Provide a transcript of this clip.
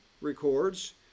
records